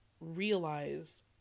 realize